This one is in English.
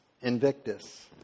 invictus